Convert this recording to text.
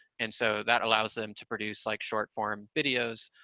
and so that allows them to produce like short-form videos